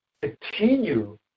continue